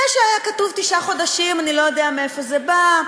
זה שהיה כתוב "תשעה חודשים" אני לא יודע מאיפה זה בא,